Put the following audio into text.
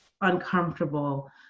uncomfortable